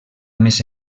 més